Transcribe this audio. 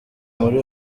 muri